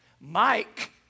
Mike